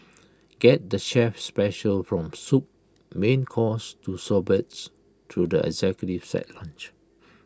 get the chef's specials from soup main course to sorbets through the executive set lunch